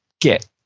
get